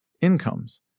incomes